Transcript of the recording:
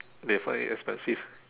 they find it expensive